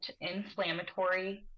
inflammatory